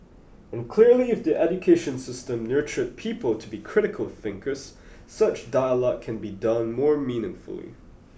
and clearly if the education system nurtured people to be critical thinkers such dialogue can be done more meaningfully